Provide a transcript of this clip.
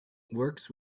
works